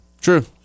True